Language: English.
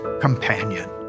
companion